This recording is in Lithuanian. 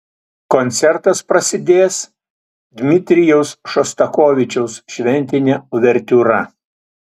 koncertas prasidės dmitrijaus šostakovičiaus šventine uvertiūra